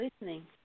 listening